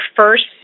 first